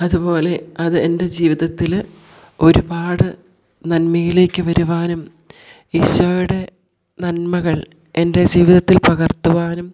അതുപോലെ അത് എൻ്റെ ജീവിതത്തിൽ ഒരുപാട് നന്മയിലേക്ക് വരുവാനും ഈശോയുടെ നന്മകൾ എൻ്റെ ജീവിതത്തിൽ പകർത്തുവാനും